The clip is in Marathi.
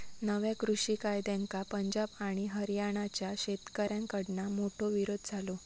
नव्या कृषि कायद्यांका पंजाब आणि हरयाणाच्या शेतकऱ्याकडना मोठो विरोध झालो